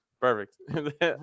Perfect